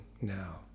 now